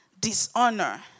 dishonor